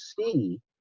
see